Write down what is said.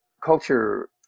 culture